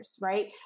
right